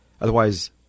Otherwise